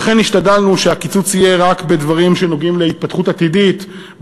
ולכן השתדלנו שהקיצוץ יהיה רק בדברים שנוגעים להתפתחות עתידית,